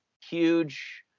huge